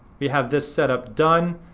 you have this setup done,